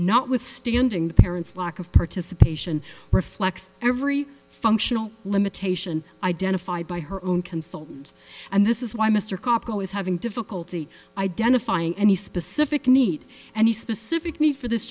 notwithstanding the parents lack of participation reflects every functional limitation identified by her own consultant and this is why mr capo is having difficulty identifying any specific need and the specific need for this